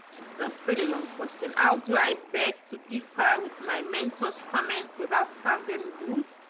it's a pretty long question. how do i beg to differ with my mentor's comments without sounding rude.